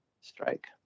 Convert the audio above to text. strike